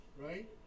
Right